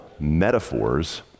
Metaphors